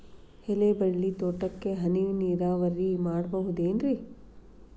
ಎಲೆಬಳ್ಳಿ ತೋಟಕ್ಕೆ ಹನಿ ನೇರಾವರಿ ಮಾಡಬಹುದೇನ್ ರಿ?